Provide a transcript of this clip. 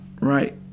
right